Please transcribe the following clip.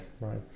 Right